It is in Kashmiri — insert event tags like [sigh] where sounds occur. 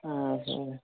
اۭں [unintelligible]